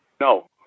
No